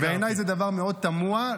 בעיניי זה דבר מאוד תמוה.